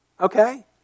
okay